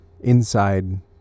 inside